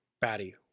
Batty